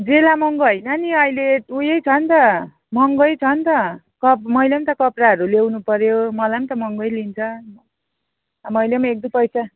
जेला महँगो होइन नि अहिले उयो छ नि त महँगै छ नि त कप् मैले पनि त कपडाहरू ल्याउनु पर्यो मलाई पनि त महँगै लिन्छ मैले पनि एक दुई पैसा